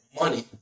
money